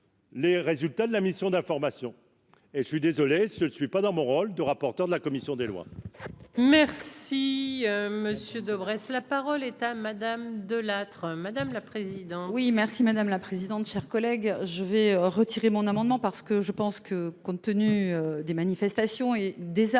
Les résultats de la mission d'information et je suis désolé, ce ne suis pas dans mon rôle de rapporteur de la commission des lois. Merci. Monsieur Debré, la parole est à madame De Lattre, madame la présidente. Oui merci madame la présidente, chers collègues, je vais retirer mon amendement parce que je pense que compte tenu des manifestations et des amendements